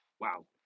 wow